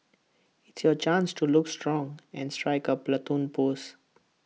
it's your chance to look strong and strike A Platoon pose